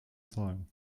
zahlen